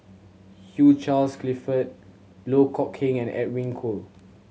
Hugh Charles Clifford Loh Kok Heng and Edwin Koek